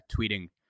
tweeting